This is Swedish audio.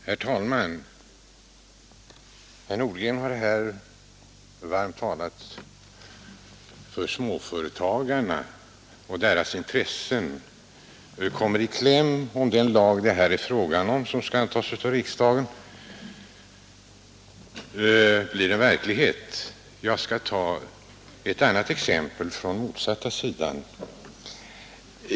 Herr talman! Herr Nordgren har här varmt talat för småföretagarna och framhållit att deras intressen kommer i kläm, om det lagförslag som nu skall antas av riksdagen realiseras. Jag skall ta ett annat exempel från den motsatta sidan.